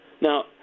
Now